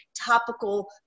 topical